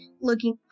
Looking